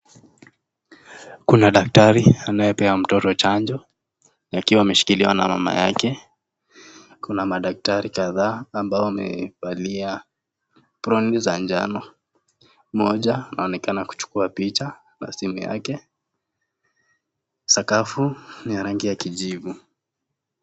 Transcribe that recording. Kuna daktari anayepea mtoto chanjo akiwa ameshikiliwa na mama yake. Kuna madaktari kadhaa ambao wamevalia aproni za njano, moja anaonekana kuchukua picha na simu yake, sakafu ni ya rangi ya kijivu.